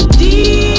deep